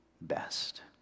best